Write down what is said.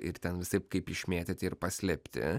ir ten visaip kaip išmėtyti ir paslėpti